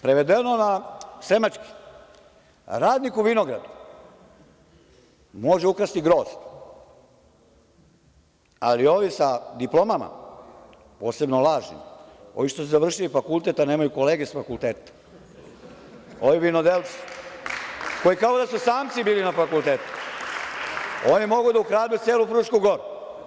Prevedeno na sremački, radnik u vinogradu može ukrasti grožđe, ali ovi sa diplomama, posebno lažnim, ovi što su završili fakultet a nemaju kolege sa fakulteta, ovi vinodelci, koji kao da su samci bili na fakultetu, oni mogu da ukradu celu Frušku Goru.